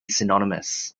synonymous